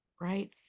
Right